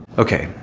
okay.